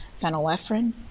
phenylephrine